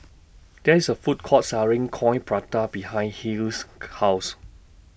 There IS A Food Court Selling Coin Prata behind Hill's House